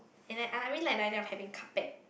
and I I really like the idea of having carpet